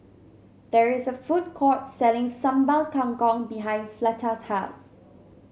there is a food court selling Sambal Kangkong behind Fleta's house